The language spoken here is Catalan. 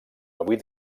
avui